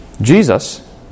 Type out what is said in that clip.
Jesus